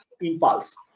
impulse